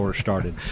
started